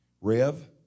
Rev